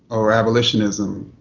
or abolitionism,